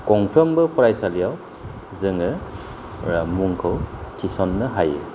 गंफ्रोमबो फरायसालियाव जोङो मुंखौ थिसननो हायो